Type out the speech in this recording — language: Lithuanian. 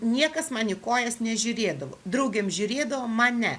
niekas man į kojas nežiūrėdavo draugėm žiūrėdavo o man ne